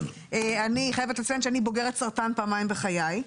אני חייבת לציין שאני בוגרת סרטן פעמיים בחיי.